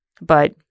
But-